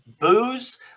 booze